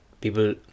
People